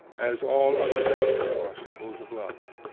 as all other things are symbols of love.